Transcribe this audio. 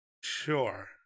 Sure